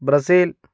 Brazil